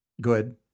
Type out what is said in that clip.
good